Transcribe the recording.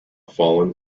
fallen